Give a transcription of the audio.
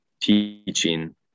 teaching